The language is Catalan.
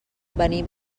venim